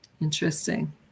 Interesting